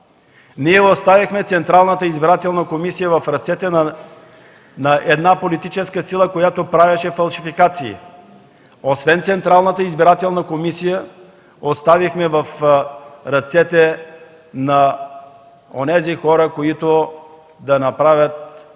Ние оставихме Централната избирателна комисия в ръцете на една политическа сила, която правеше фалшификации. Освен Централната избирателна комисия оставихме в ръцете на онези хора, които щяха да направят